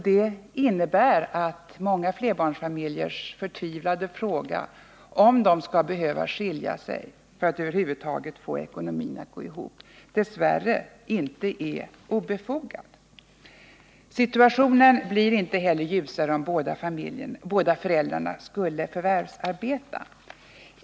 Det innebär att många flerbarnsfamiljers förtvivlade fråga, om de skall behöva skilja sig för att över huvud taget få ekonomin att gå ihop, dess värre inte är obefogad. Situationen blir inte heller ljusare om båda föräldrarna skulle förvärvsarbeta.